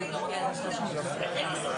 באתי לכאן פשוט כדי